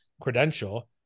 Credential